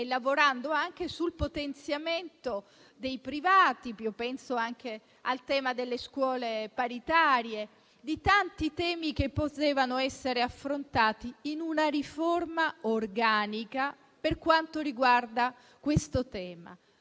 lavorando anche sul potenziamento dei privati. Penso anche al tema delle scuole paritarie e a tanti temi che potevano essere affrontati in una riforma organica, fino ad arrivare al tema